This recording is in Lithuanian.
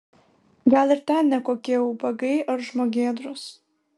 gal ir ten ne kokie ubagai ar žmogėdros